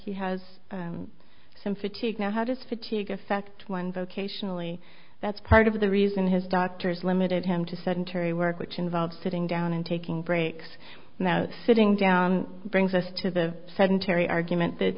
he has some fatigue now how does fatigue affect one vocationally that's part of the reason his doctors limited him to sedentary work which involves sitting down and taking breaks now sitting down brings us to the sedentary argument that